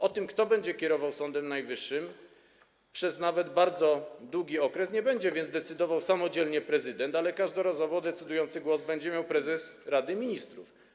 O tym, kto będzie kierował Sądem Najwyższym przez nawet bardzo długi okres, nie będzie więc decydował samodzielnie prezydent, ale każdorazowo decydujący głos będzie miał prezes Rady Ministrów.